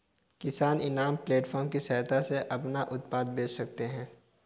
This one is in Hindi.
किसान इनाम प्लेटफार्म की सहायता से अपना उत्पाद बेच सकते है